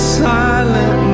silent